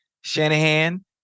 Shanahan